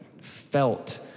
felt